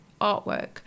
artwork